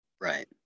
Right